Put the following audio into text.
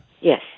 Yes